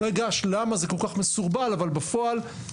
אני לא אגש למה זה כל כך מסורבל אבל בפועל הפתרון